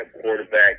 quarterback